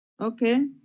Okay